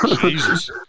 Jesus